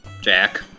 Jack